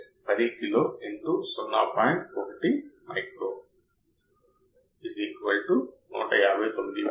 కాబట్టి ఇది పరిస్థితిని మరింత దిగజార్చుతుందివ్యవస్థ వెంటనే సరఫరా వోల్టేజ్ వద్దకి చేరుకుంటుంది ఇది ప్రారంభ ఆఫ్సెట్ను బట్టి ప్రయాణదిశను మార్చగలదు సరియైనది